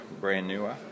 brand-newer